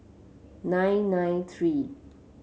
nine nine three